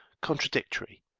contradictory,